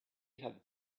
had